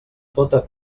tota